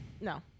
no